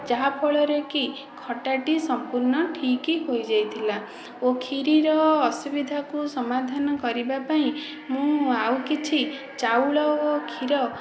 ଯାହାଫଳରେ କି ଖଟାଟି ସମ୍ପୂର୍ଣ ଠିକ ହୋଇଯାଇଥିଲା ଓ କ୍ଷୀରିର ଅସୁବିଧାକୁ ସମାଧାନ କରିବା ପାଇଁ ମୁଁ ଆଉ କିଛି ଚାଉଳ ଓ କ୍ଷୀର